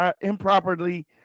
improperly